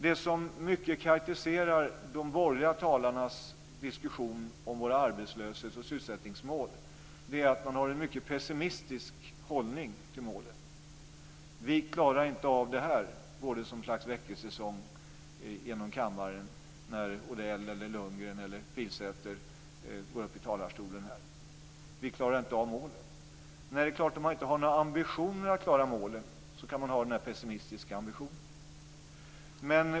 Det som mycket karakteriserar de borgerliga talarnas diskussion om våra arbetslöshets och sysselsättningsmål är att man har en mycket pessimistisk hållning till målen. Att vi inte klarar av det här går som ett slags väckelsesång genom kammaren när Odell, Lundgren eller Pilsäter går upp i talarstolen - vi klarar inte av målen. Nej, det är klart om man inte har några ambitioner att klara av målen kan man ha den här pessimistiska ambitionen.